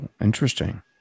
interesting